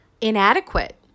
inadequate